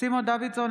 סימון דוידסון,